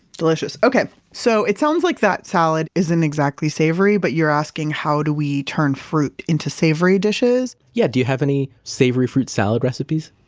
delicious. okay. so it sounds like that salad isn't exactly savory, but you're asking how do we turn fruit into savory dishes? yeah. do you have any savory fruit salad recipes?